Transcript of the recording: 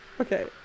Okay